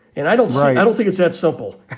and i don't i don't think it's that simple.